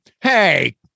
Hey